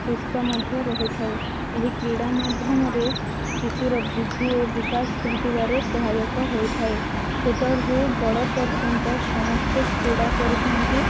ସୁସ୍ଥ ମଧ୍ୟ ରହିଥାଏ ଏହି କ୍ରୀଡ଼ା ମାଧ୍ୟମରେ ଶିଶୁର ବୃଦ୍ଧି ଓ ବିକାଶ ଘଟିବାରେ ସହାୟକ ହୋଇଥାଏ ଛୋଟରୁ ବଡ଼ ପର୍ଯ୍ୟନ୍ତ ସମସ୍ତେ କ୍ରୀଡ଼ା କରିଥାନ୍ତି